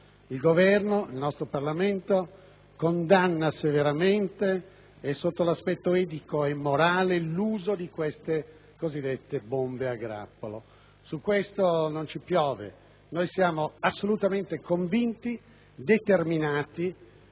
Il Governo ed il Parlamento condannano severamente sotto l'aspetto etico e morale l'uso delle cosiddette bombe a grappolo. Su questo non ci piove: siamo assolutamente convinti, determinati